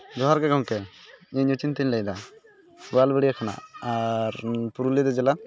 ᱡᱚᱦᱟᱨ ᱜᱮ ᱜᱚᱢᱠᱮ ᱤᱧ ᱚᱪᱤᱱᱛᱚᱧ ᱞᱟᱹᱭ ᱮᱫᱟ ᱜᱳᱣᱟᱞ ᱵᱟᱹᱲᱭᱟᱹ ᱠᱷᱚᱱᱟᱜ ᱟᱨ ᱯᱩᱨᱩᱞᱤᱭᱟᱹ ᱫᱚ ᱡᱮᱞᱟ